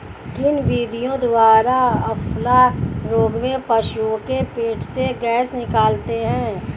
किन विधियों द्वारा अफारा रोग में पशुओं के पेट से गैस निकालते हैं?